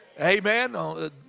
Amen